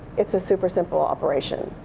it's a super simple operation.